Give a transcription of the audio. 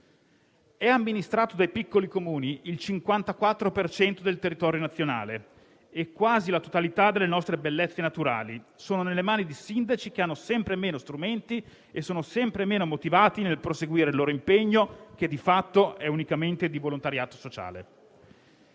È amministrato dai piccoli Comuni il 54 per cento del territorio nazionale e quasi la totalità delle nostre bellezze naturali è nelle mani di sindaci che hanno sempre meno strumenti e sono sempre meno motivati nel proseguire il loro impegno che, di fatto, è unicamente di volontariato sociale.